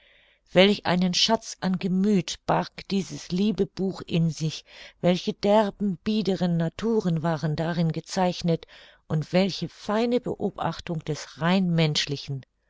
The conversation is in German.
welch einen schatz an gemüth barg dieses liebe buch in sich welche derben biederen naturen waren darin gezeichnet und welche feine beobachtung des rein menschlichen